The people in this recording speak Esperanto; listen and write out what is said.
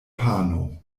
pano